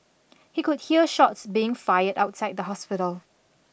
he could hear shots being fired outside the hospital